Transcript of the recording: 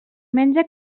menja